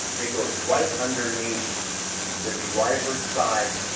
it goes right underneath the driver's side,